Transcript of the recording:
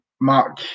Mark